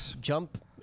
Jump